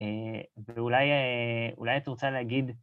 ואולי את רוצה להגיד...